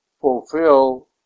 fulfill